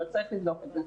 אבל צריך לבדוק את זה.